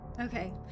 Okay